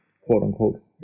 quote-unquote